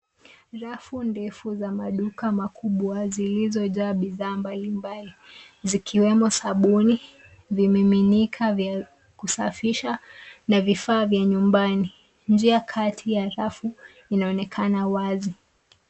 Rafu ndefu za maduka makubwa zilizo jaa bidhaa mbalimbali ,zikiwemo sabuni vimiminika vya kusafisha na vifaa vya nyumbani. Njia kati ya rafu inaonekana wazi.